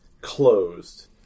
closed